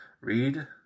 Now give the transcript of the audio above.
read